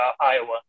Iowa